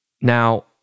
Now